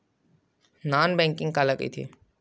Non banking काला कइथे?